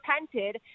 repented